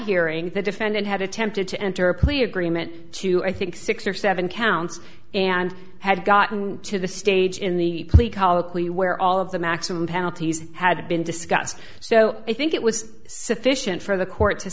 hearing the defendant had attempted to enter a plea agreement to i think six or seven counts and had gotten to the stage in the plea colloquy where all of the maximum penalties had been discussed so i think it was sufficient for the court